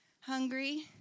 hungry